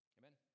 amen